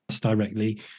directly